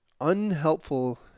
unhelpful